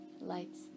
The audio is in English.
Lights